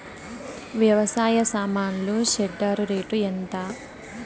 వ్యవసాయ సామాన్లు shredder rate ఎంత?